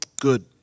Good